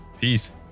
Peace